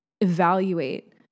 evaluate